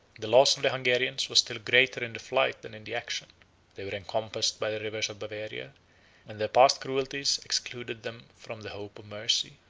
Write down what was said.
the loss of the hungarians was still greater in the flight than in the action they were encompassed by the rivers of bavaria and their past cruelties excluded them from the hope of mercy.